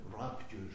rapture